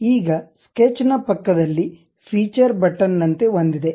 ಈಗ ಸ್ಕೆಚ್ ನ ಪಕ್ಕದಲ್ಲಿ ಫೀಚರ್ ಬಟನ್ ನಂತೆ ಒಂದಿದೆ